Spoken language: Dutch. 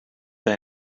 hij